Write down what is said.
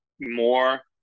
more